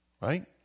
right